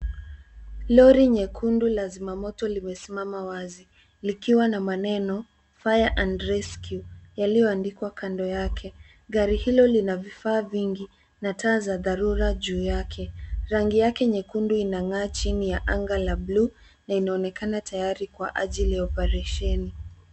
Lori nyekundu la zimamoto limesimama wazi, likiwa na maneno, Fire and Rescue , yaliyoandikwa kando yake. Gari hilo lina vifaa vingi na taa za dharura juu yake. Rangi yake nyekundu inang’aa chini ya anga la blue na inaonekana tayari kwa ajili ya oparesheni.